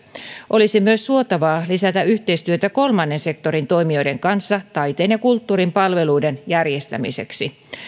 olisi suotavaa myös lisätä yhteistyötä kolmannen sektorin toimijoiden kanssa taiteen ja kulttuurin palveluiden järjestämiseksi